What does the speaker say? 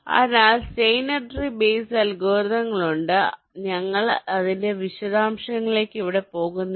അതിനാൽ Steiner tree base അൽഗോരിതങ്ങൾ ഉണ്ട് ഞങ്ങൾ ഇതിന്റെ വിശദാംശങ്ങളിലേക്ക് ഇവിടെ പോകുന്നില്ല